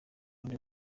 undi